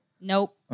Nope